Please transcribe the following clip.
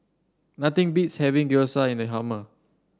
nothing beats having Gyoza in the hummer